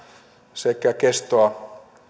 sekä kestoa